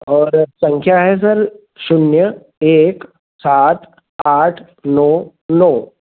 और संख्या है सर शून्य एक सात आठ नौ नौ